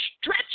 stretch